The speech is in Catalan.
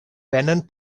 venen